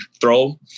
throw